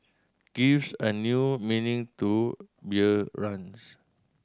gives a new meaning to beer runs